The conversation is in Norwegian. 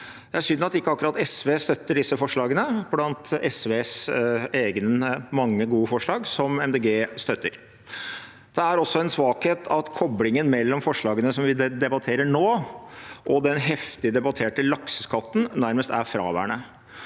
Det er synd at ikke akkurat SV støtter disse forslagene i tillegg til SVs mange egne gode forslag, som Miljøpartiet De Grønne støtter. Det er også en svakhet at koblingen mellom forslagene som vi debatterer nå, og den heftig debatterte lakseskatten, nærmest er fraværende.